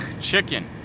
chicken